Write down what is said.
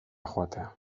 joatea